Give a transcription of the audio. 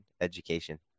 education